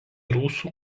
rusų